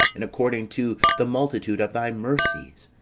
and according to the multitude of thy mercies.